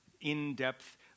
in-depth